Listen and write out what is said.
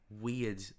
weird